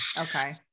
okay